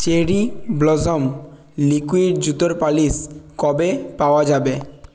cherry blossom liquid জুতোর পালিশ কবে পাওয়া যাবে